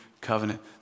Covenant